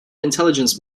intelligence